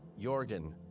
Jorgen